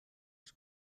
els